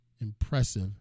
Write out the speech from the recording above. impressive